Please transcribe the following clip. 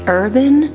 urban